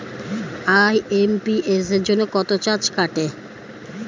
IMPS জন্য কত charge কাটে?